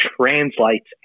translates